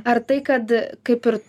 ar tai kad kaip ir